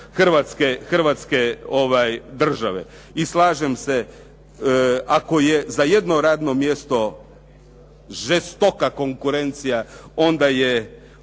Hrvatske države. I slažem se, ako je za jedno radno mjesto žestoka konkurencija, onda je